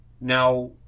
Now